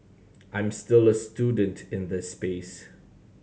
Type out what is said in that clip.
I'm still a student in this space